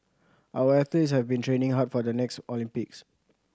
our athletes have been training hard for the next Olympics